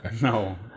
no